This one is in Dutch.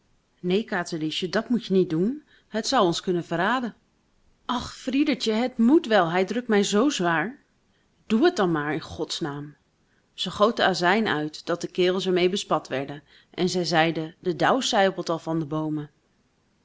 neen katerliesje dat moet je niet doen het zou ons kunnen verraden ach friedertje het moet wel hij drukt mij zoo zwaar doe het dan maar in god's naam ze goot de azijn uit dat de kerels er mee bespat werden en zij zeiden de dauw sijpelt al van de boomen